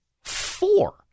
four